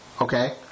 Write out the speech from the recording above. okay